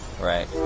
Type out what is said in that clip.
Right